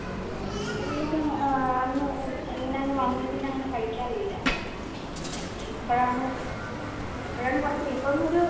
ആ ആ എണ്ണ കടികളൊക്ക അന്ന് ഇങ്ങനെ ഒന്ന് വന്നതിൽ പിന്നെ അങ്ങനെ കഴിക്കാറില്ല ഇപ്പഴാണ് ഇപ്പഴാണ് കുറച്ച് ഇപ്പം ഒരു